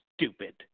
stupid